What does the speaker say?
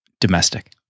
domestic